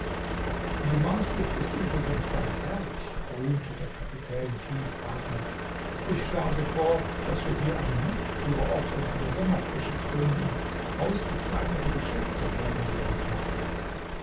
die marsluft ist übrigens ganz herrlich rühmte der kapitän tiefatmend ich schlage vor daß wir hier einen luftkurort und eine sommerfrische gründen ausgezeichnete geschäfte werden wir damit machen